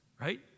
Right